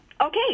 Okay